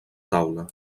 taula